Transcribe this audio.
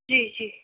जी जी